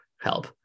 help